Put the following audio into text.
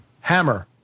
Hammer